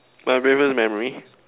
my weirdest memory